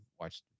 watched